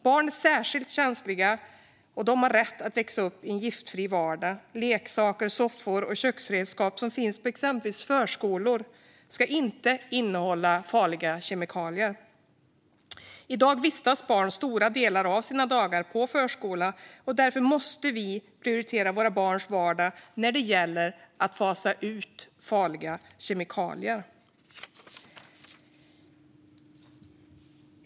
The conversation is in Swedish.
Barn är särskilt känsliga, och de har rätt att växa upp i en giftfri vardag. Leksaker, soffor och köksredskap som finns på exempelvis förskolor ska inte innehålla farliga kemikalier. I dag vistas barn stora delar av sina dagar på förskola, och därför måste vi prioritera våra barns vardag när det gäller att fasa ut farliga kemikalier.